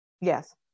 yes